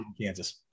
Kansas